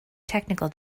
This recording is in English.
technical